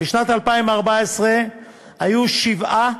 בשנת 2014 היו שבעה